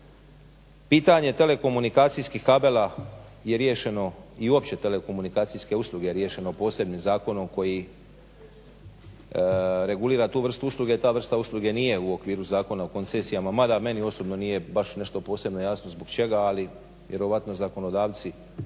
pitanje telekomunikacijskih kabela je riješeno i uopće telekomunikacijske usluge je riješeno posebnim zakonom koji regulira tu vrstu usluge, ta vrsta usluge nije u okviru Zakona o koncesijama, mada meni osobno nije baš nešto posebno jasno zbog čega, ali vjerojatno zakonodavci